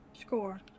Score